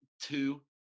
two